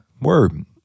Word